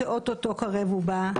שאוטוטו קרב ובא.